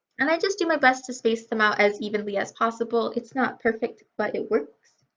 and i just do my best to space them out as evenly as possible. it's not perfect but it works.